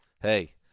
hey